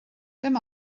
dim